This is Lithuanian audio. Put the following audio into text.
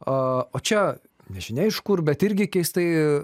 o čia nežinia iš kur bet irgi keistai